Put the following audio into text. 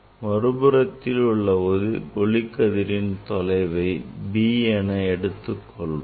மறுபுறத்தில் உள்ள ஒளிக்கதிரின் இந்தத் தொலைவை b என எடுத்துக் கொள்வோம்